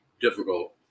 difficult